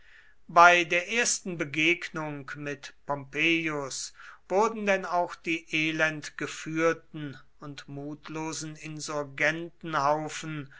bei der ersten begegnung mit pompeius wurden denn auch die elend geführten und mutlosen